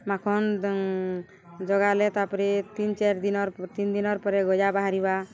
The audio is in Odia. ମାଖନ୍ ଜଗାଲେ ତା'ପରେ ତିନ୍ ଚାର୍ ଦିନର୍ ତିନ୍ ଦିନର୍ ପରେ ଗଜା ବାହାରିବା